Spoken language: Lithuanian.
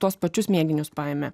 tuos pačius mėginius paėmė